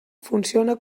funciona